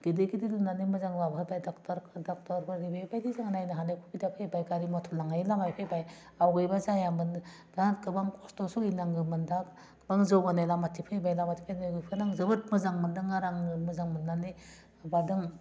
गिदिर गिदिर लुनानै मोजां आबहावाथाय डक्टर डक्टरफोरनि बेबायदि जानायनो हानाय हुबिदा फैबाय गारि मटर लांनाय लामा फैबाय आवगायबा जायामोन बेराद गोबां खस्थ' सोलिनाङोमोन दा गोबां जौगानाय लामाथिं फैबाय लामाथिं फैबाय बेखौनो आं जोबोद मोजां मोनदों आरो आङो मोजां मोननानै माबादों